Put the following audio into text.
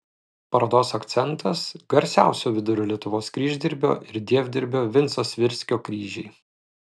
parodos akcentas garsiausio vidurio lietuvos kryždirbio ir dievdirbio vinco svirskio kryžiai